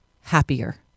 happier